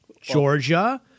Georgia